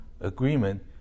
agreement